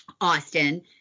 Austin